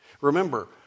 Remember